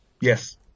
Yes